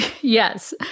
Yes